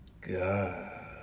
God